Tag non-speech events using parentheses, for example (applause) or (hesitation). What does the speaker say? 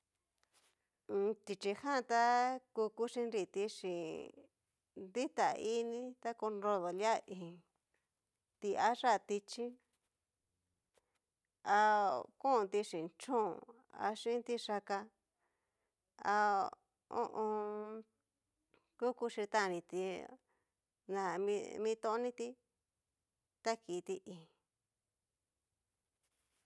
(hesitation) tichí jan tá kukuxhióti xhin dita ini ta konrodo lia íin, tiayá tichí ha konti xhín chón ha chin tiyáka ha ho o on. ku kuchitan nriti na mi mitoniti ta kiti íin.